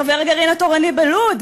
חבר הגרעין התורני בלוד,